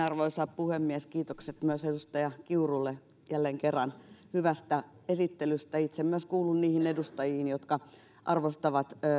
arvoisa puhemies kiitokset edustaja kiurulle jälleen kerran hyvästä esittelystä kuulun myös itse niihin edustajiin jotka arvostavat